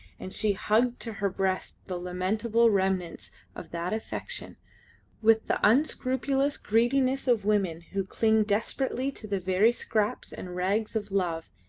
and she hugged to her breast the lamentable remnants of that affection with the unscrupulous greediness of women who cling desperately to the very scraps and rags of love,